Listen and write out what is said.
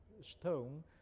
stone